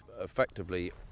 Effectively